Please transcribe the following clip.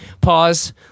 Pause